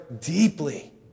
deeply